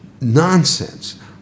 nonsense